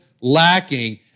lacking